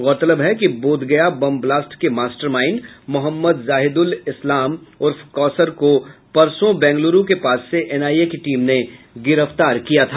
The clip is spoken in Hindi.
गौरतलब है कि बोधगया बम बलास्ट के मास्टरमाइंड मोहम्मद जाहिदुल इस्लाम उर्फ कौसर को परसो बेंगलुरू के पास से एनआईए की टीम ने गिरफ्तार कर लिया था